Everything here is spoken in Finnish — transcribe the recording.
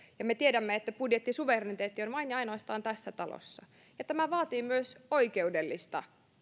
me tiedämme että budjettisuvereniteetti on vain ja ainoastaan tässä talossa ja tämä vaatii myös oikeudellista